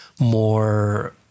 more